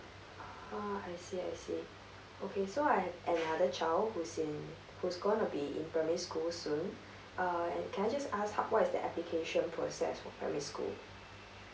ah I see I see okay so I've another child who's in who's gonna be in primary school soon uh can I just ask what is the application process for primary school